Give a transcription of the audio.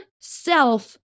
self